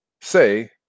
Say